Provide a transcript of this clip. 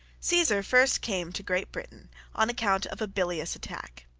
caesar first came to great britain on account of a bilious attack.